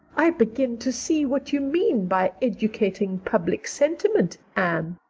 i begin to see what you mean by educating public sentiment, anne.